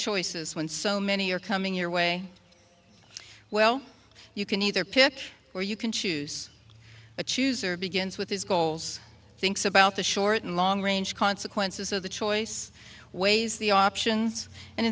choices when so many are coming your way well you can either pick or you can choose to choose or begins with his goals thinks about the short and long range consequences of the choice weighs the options and